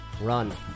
Run